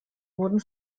wurden